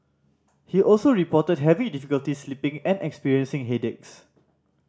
he also reported having difficulty sleeping and experiencing headaches